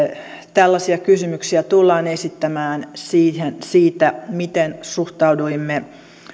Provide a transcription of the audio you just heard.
tällaisia kysymyksiä tullaan esittämään siitä miten suhtauduimme